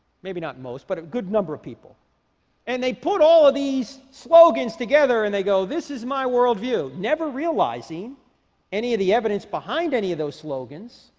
maybe not most but a good number of people and they put all of these slogans together, and they go this is my worldview never realizing any of the evidence behind any of those slogans